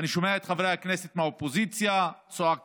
ואני שומע את חברי הכנסת מהאופוזיציה צועקים,